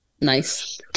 Nice